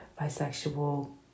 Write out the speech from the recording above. bisexual